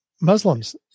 Muslims